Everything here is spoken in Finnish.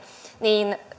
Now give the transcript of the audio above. niin